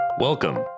Welcome